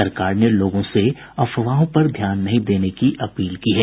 सरकार ने लोगों से अफवाहों पर ध्यान नहीं देने की अपील की है